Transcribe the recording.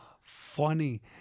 funny